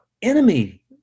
Enemy